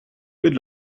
good